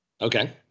Okay